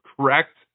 correct